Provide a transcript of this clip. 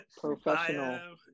Professional